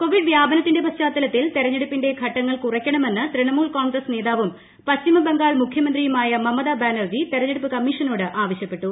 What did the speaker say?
Covid വ്യാപനത്തിന്റെ പശ്ചാത്തലത്തിൽ തെരഞ്ഞെടുപ്പിന്റെ ഘട്ടങ്ങൾ കുറയ്ക്കണമെന്ന് തൃണമൂൽ കോൺഗ്രസ്സ് നേതാവും പശ്ചിമബംഗാൾ മുഖ്യമന്ത്രിയുമായ മമതാബാനർജി തെരഞ്ഞെടുപ്പ് കമ്മീഷനോട് ആവശ്യപ്പെട്ടു